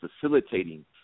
facilitating